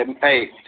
hey